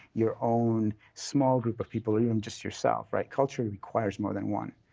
your own small group of people or even just yourself, right? culture requires more than one.